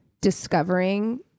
discovering